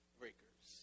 breakers